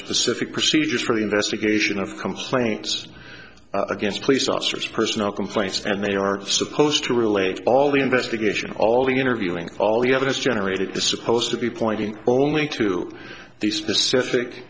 specific procedures for investigation of complaints against police officers personnel complaints and they are supposed to relate all the investigation all the interviewing all the other is generated to supposed to be pointing only to the specific